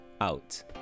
out